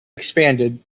expanded